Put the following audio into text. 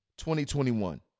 2021